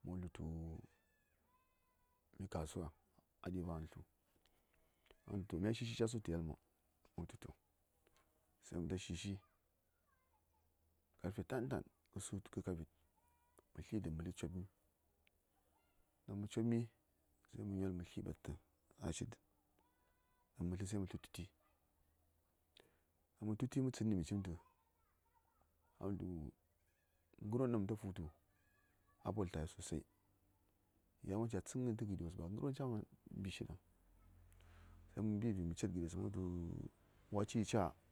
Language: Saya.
Mə ta wultə tu, mi kasuwa, a ɗiɓarghən slu: a ta wul tu to mya shishi ca su tə yelmo. Mə ta wul tu to. To mə ta shishi, karfe tantan, ke su:tu, ke kavit, mə sli dən mə slən copmi. Ɗaŋ mə copmí, sai mə nyol mə sli ɓastə ɗa:shi dən. Ɗaŋ mə slə sai mə slən tu ti, mə slən tsənni mə cimtə, a wul tu ngərwon ɗaŋ mə fu:tə a poltəghai sosai, ya:won ca tsəngən tə gəɗiwos ba gərwon ca: man mbishi daŋ